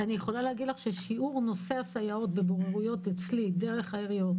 אני יכולה להגיד ששיעור הסייעות שבבוררויות אצלי דרך העיריות